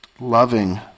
Loving